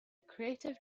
creative